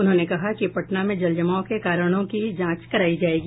उन्होंने कहा कि पटना में जल जमाव के कारणों की जांच करायी जायेगी